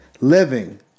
living